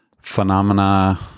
phenomena